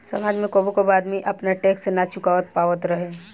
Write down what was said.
समाज में कबो कबो आदमी आपन टैक्स ना चूका पावत रहे